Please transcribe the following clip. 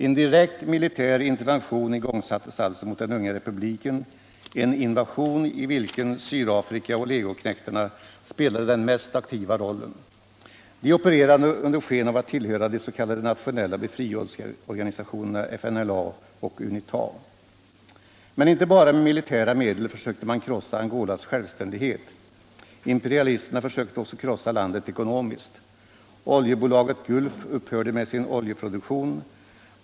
En direkt militär intervention igångsattes alltså mot den unga republiken, en invasion i vilken Sydafrika och le Internationellt utvecklingssamar goknektarna spelade den mest aktiva rollen. De opererade under sken av att tillhöra de s.k. nationella befrielseorganisationerna FNLA och UNITA. Men inte bara med militära medel försökte man krossa Angolas självständighet. Imperialisterna försökte också krossa landet ekonomiskt. Oljebolaget Gulf upphörde med sin oljeproduktion.